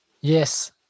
Yes